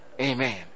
Amen